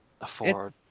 afford